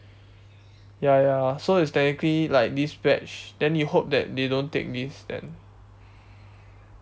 ya ya so it's technically like this batch then we hope that they don't take this then